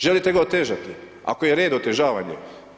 Želite ga otežati, ako je red otežavanje.